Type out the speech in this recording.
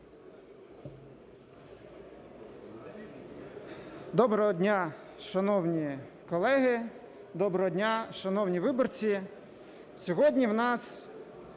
Доброго дня, шановні колеги! Доброго дня, шановні виборці!